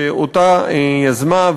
שאותה יזמה,